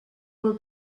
will